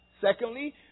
Secondly